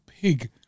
pig